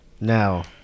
Now